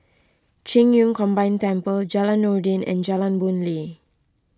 Qing Yun Combined Temple Jalan Noordin and Jalan Boon Lay